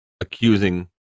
accusing